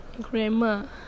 Grammar